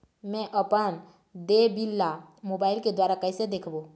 मैं अपन देय बिल ला मोबाइल के द्वारा कइसे देखबों?